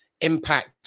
impact